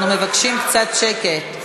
אנחנו מבקשים קצת שקט.